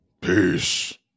Peace